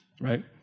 right